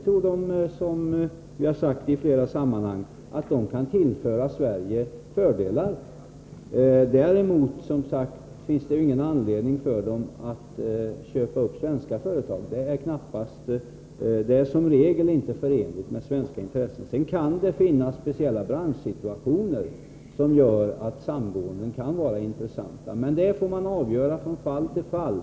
Som vi har sagt i flera olika sammanhang tror vi att sådana kan tillföra Sverige fördelar. Däremot finns det som sagt ingen anledning för utländska intressenter att köpa upp svenska företag. Det är som regel inte förenligt med svenska intressen. Sedan kan det finnas speciella branschsituationer som gör att samgåenden kan vara intressanta, men det får man avgöra från fall till fall.